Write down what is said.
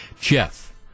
Jeff